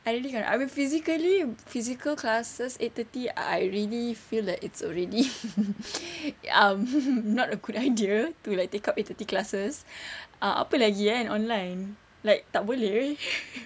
I really cannot I mean physically physical classes eighty thirty I really feel like it's already um not a good idea to like take up eight thirty classes ah apa lagi eh online like tak boleh !oi!